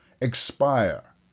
expire